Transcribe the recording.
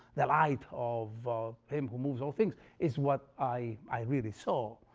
the light of him, who moves all things, is what i i really saw.